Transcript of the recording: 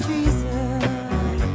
Jesus